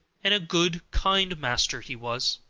and a good, kind master he was.